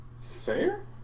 Fair